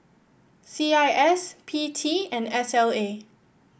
C I S P T and S L A